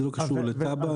זה לא קשור לתב"ע.